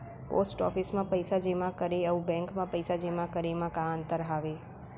post office मा पइसा जेमा करे अऊ बैंक मा पइसा जेमा करे मा का अंतर हावे